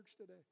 today